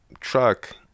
truck